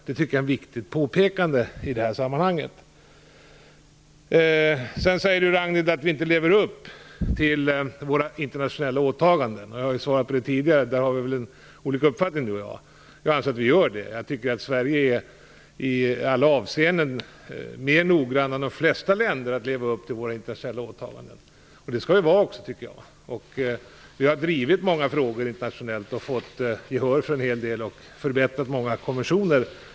Det är ett viktigt påpekande i sammanhanget. Ragnhild Pohanka sade att vi inte lever upp till våra internationella åtaganden. Jag har tidigare svarat att vi gör det, så i den frågan har vi olika uppfattning. Jag tycker att Sverige i alla avseenden är mer noggrant än de flesta länder när det gäller att leva upp till internationella åtaganden. Det skall vi vara. Vi har drivit många frågor internationellt, fått gehör för en hel del och förbättrat många konventioner.